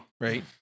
Right